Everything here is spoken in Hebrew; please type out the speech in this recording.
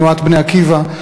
תנועת "בני עקיבא",